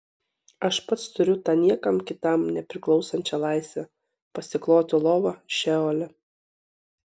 aš pats turiu tą niekam kitam nepriklausančią laisvę pasikloti lovą šeole